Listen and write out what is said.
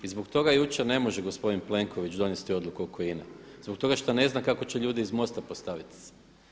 I zbog toga jučer ne može gospodin Plenković donesti odluku oko INA-e, zbog toga što ne zna kako će ljudi iz MOST-a postaviti se.